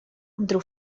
вдруг